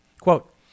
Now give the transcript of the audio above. Quote